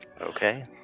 Okay